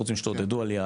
תעודדו עלייה,